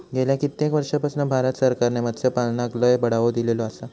गेल्या कित्येक वर्षापासना भारत सरकारने मत्स्यपालनाक लय बढावो दिलेलो आसा